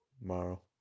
tomorrow